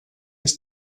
his